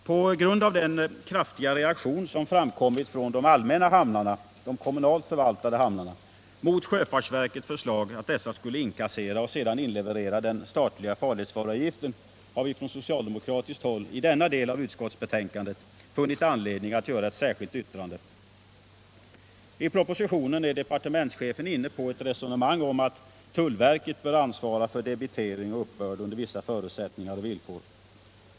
På grund av den kraftiga reaktion som framkommit från de allmänna hamnarna — de kommunalt förvaltade hamnarna —- mot sjöfartsverkets förslag att dessa skulle inkassera och sedan inleverera den statliga farledsvaruavgiften har vi från socialdemokratiskt håll i denna del av utskottsbetänkandet funnit anledning att göra ett särskilt yttrande. I propositionen är departementschefen inne på ett resonemang om att tullverket bör ansvara för debitering och uppbörd under vissa förutsättningar och villkor.